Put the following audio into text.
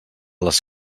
les